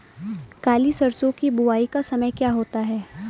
काली सरसो की बुवाई का समय क्या होता है?